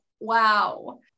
wow